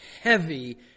heavy